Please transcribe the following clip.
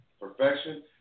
perfection